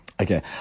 Okay